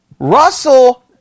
Russell